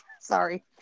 Sorry